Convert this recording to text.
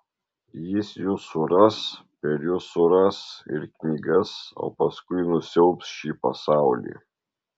jis jus suras per jus suras ir knygas o paskui nusiaubs šį pasaulį